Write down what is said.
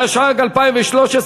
התשע"ג 2013,